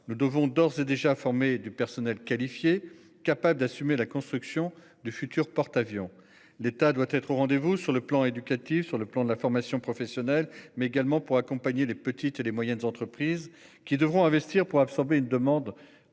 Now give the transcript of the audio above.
Nous devons d'ores et déjà à former du personnel qualifié, capable d'assumer la construction du futur porte-avions. L'État doit être au rendez-vous sur le plan éducatif, sur le plan de la formation professionnelle mais également pour accompagner les petites et les moyennes entreprises, qui devront investir pour absorber une demande